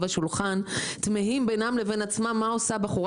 השולחן תמהים בינם לבין עצמם מה עושה בחורה